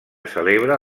celebra